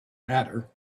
hatter